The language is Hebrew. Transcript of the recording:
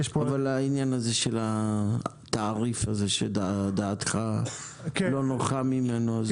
יש את העניין הזה של התעריף שדעתך לא נוחה ממנו.